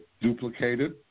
duplicated